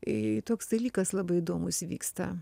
i toks dalykas labai įdomus įvyksta